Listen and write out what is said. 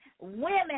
women